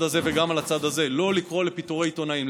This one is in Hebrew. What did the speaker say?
הזה וגם על הצד הזה: לא לקרוא לפיטורי עיתונאים,